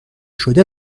شده